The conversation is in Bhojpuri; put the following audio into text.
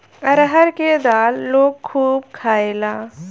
अरहर के दाल लोग खूब खायेला